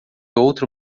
outro